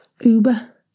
Uber